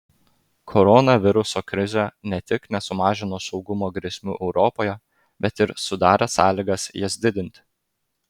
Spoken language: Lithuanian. koronaviruso krizė ne tik nesumažino saugumo grėsmių europoje bet ir sudarė sąlygas jas didinti